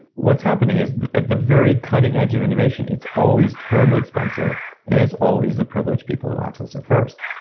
what's happening is at the very cutting edge of innovation, it's always terribly expensive and it's always the privileged people who access it first.